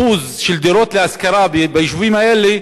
5% של דירות להשכרה ביישובים האלה,